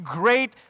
great